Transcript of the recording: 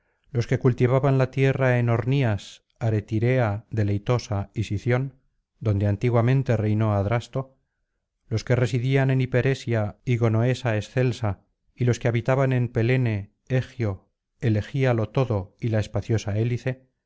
los que cultivaban la tierra en ornías aretirea deleitosa y sición donde antiguamente reinó adrasto los que residían en hiperesia y gonoesa excelsa y los que habitaban en pelene egio el egíalo todo y la espaciosa hélice